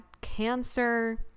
cancer